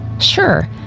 Sure